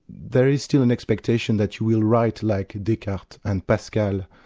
there is still an expectation that you will write like descartes and pascal,